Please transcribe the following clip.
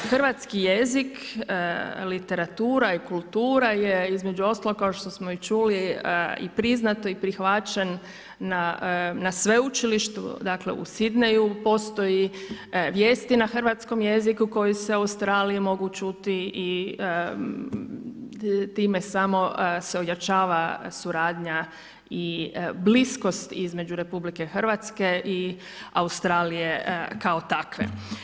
Hrvatski jezik, literatura i kultura je između ostalog kao što smo čuli i priznato i prihvaćen na sveučilištu, dakle u Sidneyu postoje vijesti na hrvatskom jeziku koji se u Australiji mogu čuti i time samo se ojačava suradnja i bliskost između RH i Australije kao takve.